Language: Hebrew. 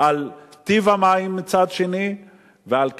ועל טיב המים מצד שני, ועל כך,